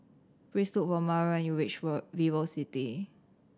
please look for Maralyn when you reach VivoCity